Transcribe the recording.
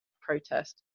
protest